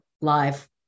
live